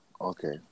Okay